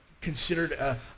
considered